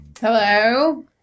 Hello